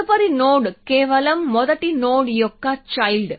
తదుపరి నోడ్ కేవలం మొదటి నోడ్ యొక్క చైల్డ్